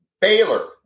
Baylor